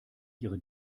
ihre